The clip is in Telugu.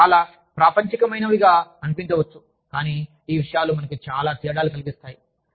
అవి చాలా ప్రాపంచికమైనవిగా అనిపించవచ్చు కానీ ఈ విషయాలు మనకు చాలా తేడాలు కలిగిస్తాయి